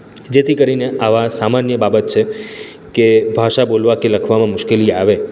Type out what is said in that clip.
જેથી કરીને આવા સામાન્ય બાબત છે કે ભાષા બોલવા કે લખવામાં મુશ્કેલી આવે